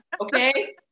Okay